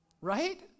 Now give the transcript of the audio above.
Right